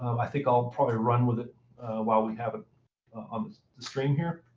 um i think i'll probably run with it while we have it on the screen here.